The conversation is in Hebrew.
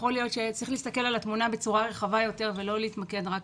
יכול להיות שצריך להסתכל על התמונה בצורה רחבה יותר ולא להתמקד רק